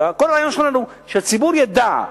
וכל הרעיון שלנו הוא שהציבור ידע,